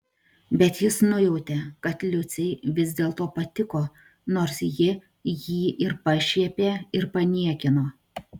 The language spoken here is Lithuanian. bet jis nujautė kad liucei vis dėlto patiko nors ji jį ir pašiepė ir paniekino